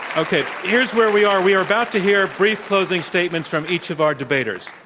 okay. here's where we are. we are about to hear brief closing statements from each of our debaters.